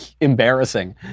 embarrassing